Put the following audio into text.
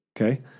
Okay